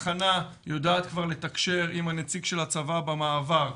התחנה יודעת כבר לתקשר עם הנציג של הצבא במעבר.